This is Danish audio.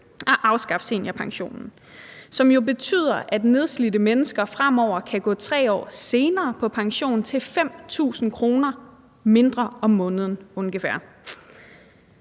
at afskaffe seniorpensionen, hvilket jo betyder, at nedslidte mennesker fremover kan gå 3 år senere på pension til 5.000 kr. mindre om måneden, ungefær.